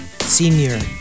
senior